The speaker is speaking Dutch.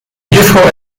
juffrouw